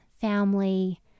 family